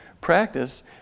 practice